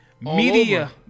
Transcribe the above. Media